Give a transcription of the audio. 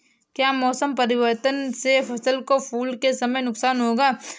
क्या मौसम परिवर्तन से फसल को फूल के समय नुकसान होगा?